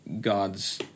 God's